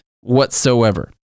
whatsoever